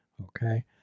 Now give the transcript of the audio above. Okay